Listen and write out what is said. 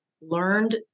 learned